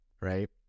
right